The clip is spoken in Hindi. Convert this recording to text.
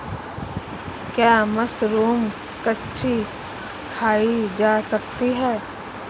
क्या मशरूम कच्ची खाई जा सकती है?